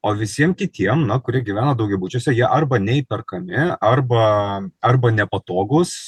o visiem kitiem na kurie gyvena daugiabučiuose jie arba neįperkami arba arba nepatogūs